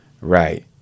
Right